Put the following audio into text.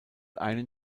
einen